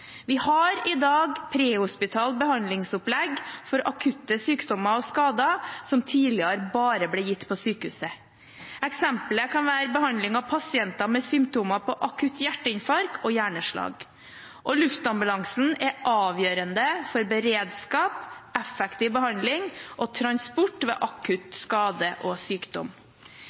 Vi har i dag prehospitalt behandlingsopplegg for akutte sykdommer og skader som tidligere bare ble gitt på sykehuset. Eksemplet kan være behandling av pasienter med symptomer på akutt hjerteinfarkt og hjerneslag. Luftambulansen er avgjørende for beredskap, effektiv behandling og transport ved akutt skade og sykdom.